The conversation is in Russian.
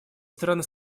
страны